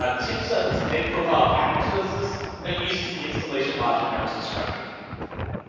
ah tim sutton's make profile package does this and it uses the installation logic, i was describing a few minutes ago.